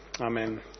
Amen